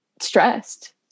Stressed